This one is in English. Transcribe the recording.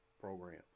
program